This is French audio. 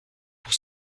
pour